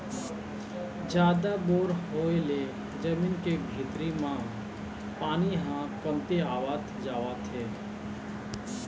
जादा बोर होय ले जमीन के भीतरी म पानी ह कमतियावत जावत हे